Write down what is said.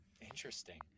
Interesting